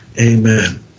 Amen